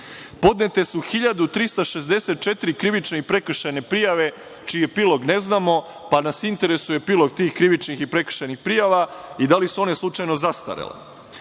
Podnete su 1364 krivične i prekršajne prijave, čiji epilog ne znamo, pa nas interesuje epilog tih krivičnih i prekršajnih prijava i da li su one slučajno zastarele. Dakle,